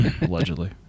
Allegedly